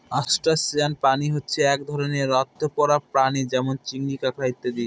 crustacean প্রাণী হচ্ছে এক ধরনের আর্থ্রোপোডা প্রাণী যেমন চিংড়ি, কাঁকড়া ইত্যাদি